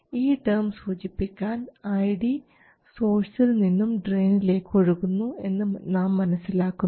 ഈ ടേം സൂചിപ്പിക്കാൻ iD സോഴ്സിൽ നിന്നും ഡ്രയിനിലേക്ക് ഒഴുകുന്നു എന്ന് നാം മനസ്സിലാക്കുന്നു